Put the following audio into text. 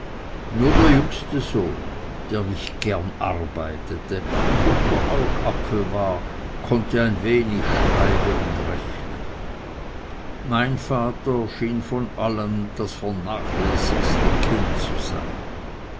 nur der jüngste sohn der nicht gern arbeitete und doch der augapfel war konnte ein wenig schreiben und rechnen mein vater schien von allen das vernachlässigtste kind zu sein